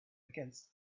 against